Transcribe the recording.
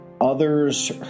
Others